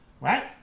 right